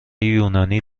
یونانی